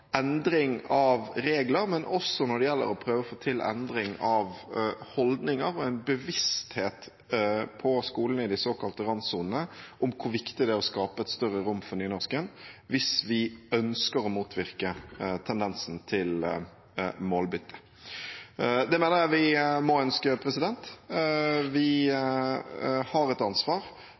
endring av regler, og når det gjelder å prøve å få til en endring av holdninger og en bevissthet på skolene i de såkalte randsonene om hvor viktig det er å skape et større rom for nynorsken, hvis vi ønsker å motvirke tendensen til målbytte. Det mener jeg vi må ønske. Vi har et ansvar